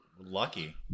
Lucky